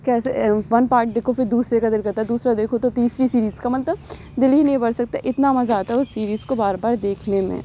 کیسے one part دیکھو پھر دوسرے کا دِل کرتا ہے دورسرا دیکھو تو تیسری سیریز کا مطلب دِل ہی نہیں بھر سکتا اتنا مزہ آتا ہے اُس سیریز کو بار بار دیکھنے میں